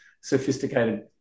sophisticated